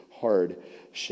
hardship